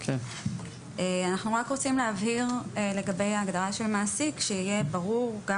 אנחנו רוצים להבהיר - שיהיה ברור גם